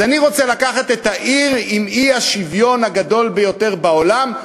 אז אני רוצה לקחת את העיר עם האי-שוויון הגדול ביותר בעולם,